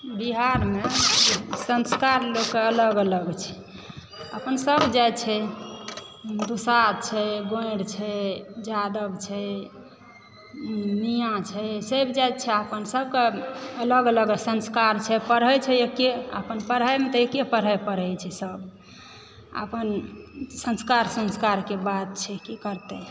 बिहारमे संस्कार लोककेँ अलग अलग छै अपन सभ जाति छै दुसाध छै ग्वारि छै जादव छै मियाँ छै सभ जाति छै अपन सभकेँ अलग अलग संस्कार छै पढ़ैत छै एके अपन पढ़यमे तऽ एके पढाइ पढ़ैत छै सभ अपन संस्कार संस्कारके बात छै की करतय